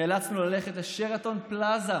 נאלצנו ללכת לשרתון פלאזה,